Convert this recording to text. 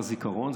בזיכרון,